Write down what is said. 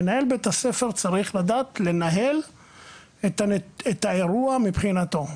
מנהל בית הספר צריך לדעת לנהל את האירוע מבחינתו.